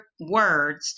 words